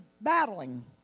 battling